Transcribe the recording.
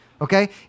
okay